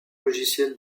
logiciel